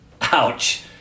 ouch